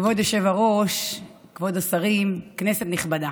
כבוד היושב-ראש, כבוד השרים, כנסת נכבדה,